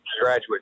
graduate